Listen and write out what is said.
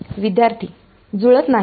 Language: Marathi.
विद्यार्थी जुळत नाही